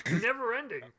never-ending